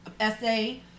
essay